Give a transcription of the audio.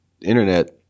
Internet